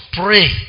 pray